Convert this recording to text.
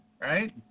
right